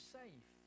safe